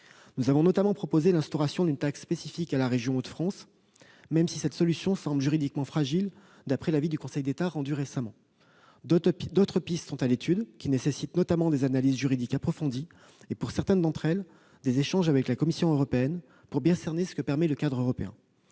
Nous avons notamment suggéré l'instauration d'une taxe spécifique à la région des Hauts-de-France, même si cette solution semble juridiquement fragile d'après l'avis qu'a récemment rendu le Conseil d'État. D'autres pistes sont à l'étude, mais elles nécessitent des analyses juridiques approfondies et, pour certaines d'entre elles, des échanges avec la Commission européenne afin de bien cerner ce que permet le cadre européen.